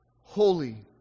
holy